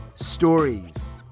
stories